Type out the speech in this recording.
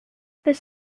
this